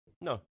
No